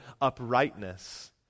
uprightness